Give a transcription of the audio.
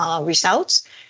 results